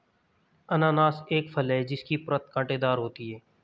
अनन्नास एक फल है जिसकी परत कांटेदार होती है